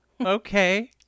okay